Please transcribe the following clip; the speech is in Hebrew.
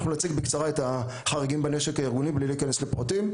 אנחנו נציג בקצרה את החריגים בנשק הארגוני בלי להיכנס לפרטים.